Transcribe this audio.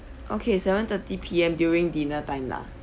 okay seven thirty P_M during dinner time lah